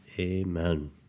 Amen